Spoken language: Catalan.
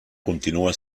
continua